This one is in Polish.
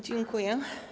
Dziękuję.